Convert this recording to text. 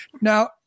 Now